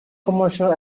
commercial